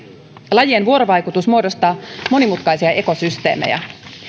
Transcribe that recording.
lajien vuorovaikutus muodostaa monimutkaisia ekosysteemejä